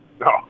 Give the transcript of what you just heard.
No